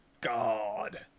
God